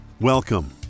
Welcome